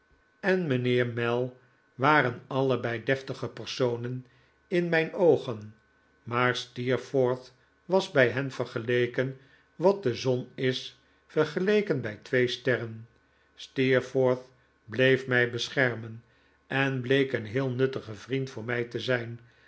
en mijnheer mell waren allebei deftige personen in mijn oogen maar steerforth was bij hen vergeleken wat de zon is vergeleken bij twee sterren steerforth bleef mij beschermen en bleek een heel nuttige vriend voor mij te zijn